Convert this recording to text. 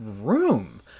room